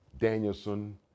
Danielson